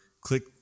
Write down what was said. click